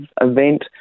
event